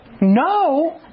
No